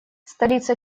столица